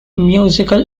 musical